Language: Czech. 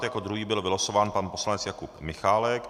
Jako druhý byl vylosován pan poslanec Jakub Michálek.